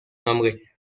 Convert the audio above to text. nombre